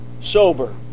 sober